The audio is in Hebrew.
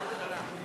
שלוש הודעות,